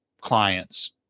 clients